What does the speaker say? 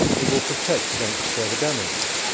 it will protect against further damage,